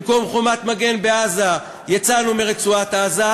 במקום "חומת מגן" בעזה יצאנו מרצועת-עזה.